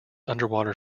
underwater